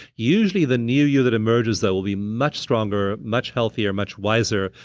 usually, the new you that emerges though, will be much stronger, much healthier, much wiser,